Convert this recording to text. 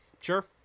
Sure